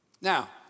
Now